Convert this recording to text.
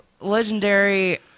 legendary